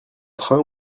train